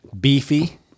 beefy